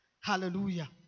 Hallelujah